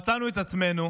מצאנו את עצמנו,